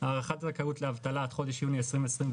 הארכת זכאות לאבטלה עד חודש יוני 2021,